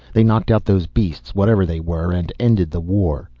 they knocked out those beasts whatever they were and ended the war.